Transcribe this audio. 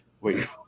wait